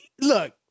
look